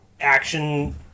action